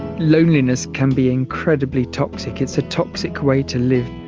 loneliness can be incredibly toxic, it's a toxic way to live.